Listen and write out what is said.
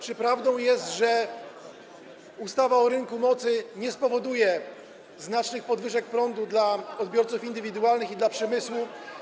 Czy prawdą jest, że ustawa o rynku mocy nie spowoduje znacznych podwyżek prądu dla odbiorców indywidualnych i dla przemysłu.